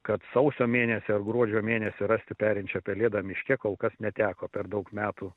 kad sausio mėnesį ir gruodžio mėnesį rasti perinčią pelėdą miške kol kas neteko per daug metų